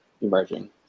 emerging